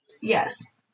Yes